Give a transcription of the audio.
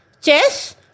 Chess